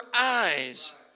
eyes